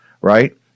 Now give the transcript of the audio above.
right